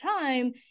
time